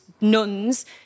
nuns